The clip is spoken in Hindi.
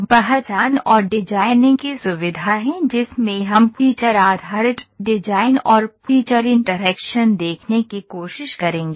तब पहचान और डिजाइनिंग की सुविधा है जिसमें हम फीचर आधारित डिजाइन और फीचर इंटरैक्शन देखने की कोशिश करेंगे